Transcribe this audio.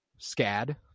SCAD